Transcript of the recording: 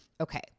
Okay